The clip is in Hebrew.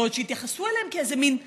ועוד שיתייחסו אליהם כאל איזה מין משהו,